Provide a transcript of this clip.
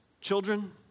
children